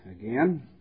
again